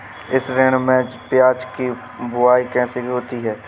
इस ऋतु में प्याज की बुआई कैसी रही है?